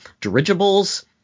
dirigibles